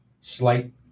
Slight